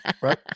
right